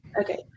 okay